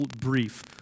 brief